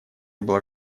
была